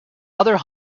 other